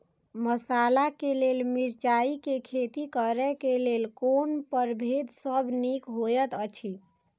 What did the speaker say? मसाला के लेल मिरचाई के खेती करे क लेल कोन परभेद सब निक होयत अछि?